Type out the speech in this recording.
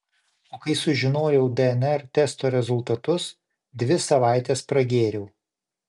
o kai sužinojau dnr testo rezultatus dvi savaites pragėriau